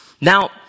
Now